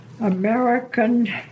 American